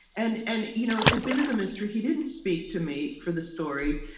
and and, you know, it's a bit of a mystery. he didn't speak to me for the story,